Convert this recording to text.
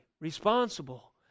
responsible